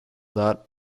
that